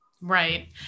Right